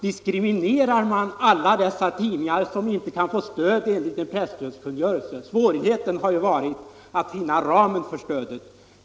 Diskriminerar man alla dessa tidningar som inte kan få stöd enligt presstödskungörelsen? Svårigheten har varit att finna ramen för stödet.